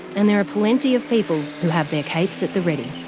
and there are plenty of people who have their capes at the ready.